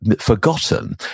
forgotten